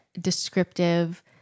descriptive